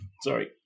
Sorry